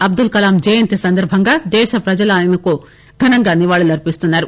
అబ్దుల్ కలాం జయంతి సందర్భంగా దేశ ప్రజలు ఆయనకు ఘనంగా నివాళులర్పిస్తున్నారు